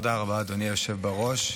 תודה רבה, אדוני היושב בראש.